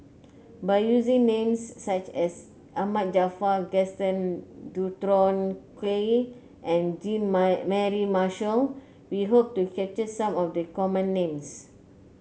by using names such as Ahmad Jaafar Gaston Dutronquoy and Jean Mary Marshall we hope to capture some of the common names